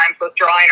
withdrawing